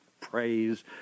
praise